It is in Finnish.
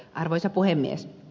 arvoisa puhemies